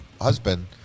husband